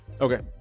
Okay